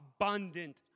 abundant